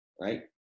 Right